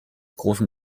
großen